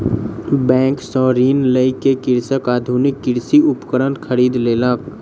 bank सॅ ऋण लय के कृषक आधुनिक कृषि उपकरण खरीद लेलक